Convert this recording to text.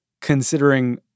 considering